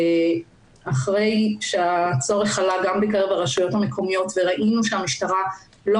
אחרי שהצורך עלה גם בקרב הרשויות המקומיות וראינו שהמשטרה לא